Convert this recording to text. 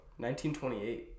1928